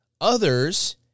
Others